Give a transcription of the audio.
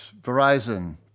Verizon